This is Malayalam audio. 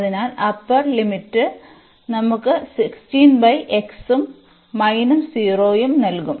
അതിനാൽ അപ്പർ ലിമിറ്റ് നമുക്ക് ഉം മൈനസ് 0 ഉം നൽകും